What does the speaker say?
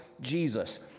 Jesus